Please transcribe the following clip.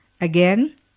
Again